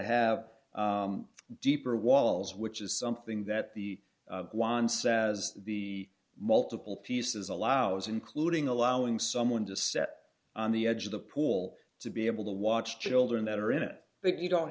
have deeper walls which is something that the blonde says the multiple pieces allows including allowing someone to set on the edge of the pool to be able to watch children that are in it but you don't